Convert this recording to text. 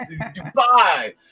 Dubai